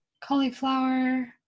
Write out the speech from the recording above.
cauliflower